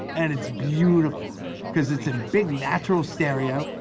and it's beautiful because it's in big natural stereo,